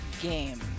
game